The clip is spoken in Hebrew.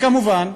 כמובן,